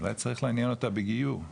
אולי צריך לעניין אותה בגיור,